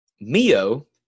Mio